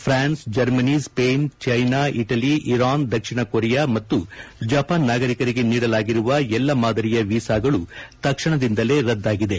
ಫ್ರಾನ್ಸೆ Germany Spain China Italy Iran ದಕ್ಷಿಣ Korea ಮತ್ತು Japan ನಾಗರಿಕರಿಗೆ ನೀಡಲಾಗಿರುವ ಎಲ್ಲಾ ಮಾದರಿಯ ವಿಸಾಗಳು ತಕ್ಷಣದಿಂದಲೇ ರದ್ದಾಗಿದೆ